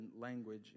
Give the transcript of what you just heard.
language